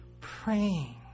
praying